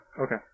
okay